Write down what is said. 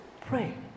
Pray